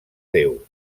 déu